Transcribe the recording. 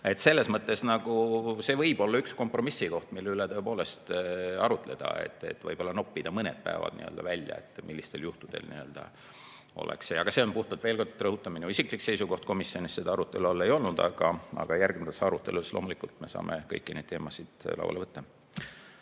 Selles mõttes see võib olla üks kompromissikoht, mille üle tõepoolest arutleda. Võib-olla noppida mõned päevad välja, millistel juhtudel oleks see võimalik. Aga see on puhtalt, veel kord rõhutan, minu isiklik seisukoht. Komisjonis seda arutelu all ei olnud, aga järgnevas arutelus loomulikult me saame kõiki neid teemasid lauale võtta.